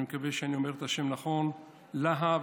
אני מקווה שאני אומר את השם נכון: להב,